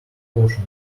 cautious